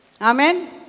Amen